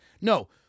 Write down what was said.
no